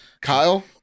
kyle